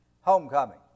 homecoming